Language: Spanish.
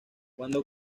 cuando